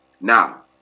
Now